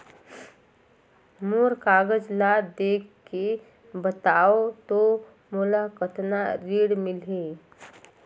मोर कागज ला देखके बताव तो मोला कतना ऋण मिलही?